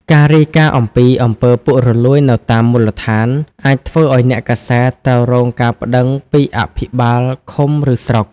ការរាយការណ៍អំពីអំពើពុករលួយនៅតាមមូលដ្ឋាន អាចធ្វើឱ្យអ្នកកាសែតត្រូវរងការប្តឹងពីអភិបាលឃុំ ឬស្រុក។